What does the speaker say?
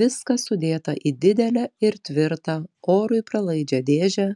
viskas sudėta į didelę ir tvirtą orui pralaidžią dėžę